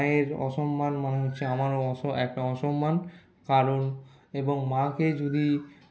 মায়ের অসম্মান মানে হচ্ছে আমারও অসম্মান কারণ এবং মাকে যদি